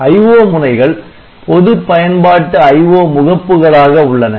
IO முனைகள் பொது பயன்பாட்டு IO முகப்புகளாக உள்ளன